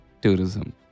tourism